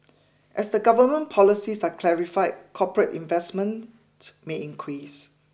as the government policies are clarified corporate investment may increase